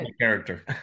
character